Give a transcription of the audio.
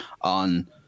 on